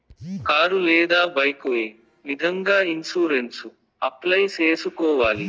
car లేదా bike ఏ విధంగా ఇన్సూరెన్సు అప్లై సేసుకోవాలి